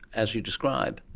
as you describe.